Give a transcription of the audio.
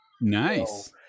nice